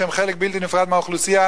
שהם חלק בלתי נפרד מהאוכלוסייה,